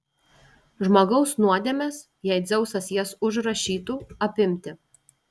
žmogaus nuodėmes jei dzeusas jas užrašytų apimti